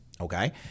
okay